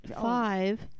five